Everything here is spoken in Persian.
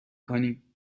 کنیم